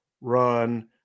run